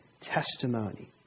testimony